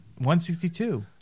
162